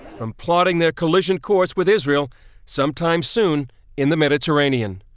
from plotting their collision course with israel sometime soon in the mediterranean.